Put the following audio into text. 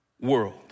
world